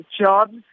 jobs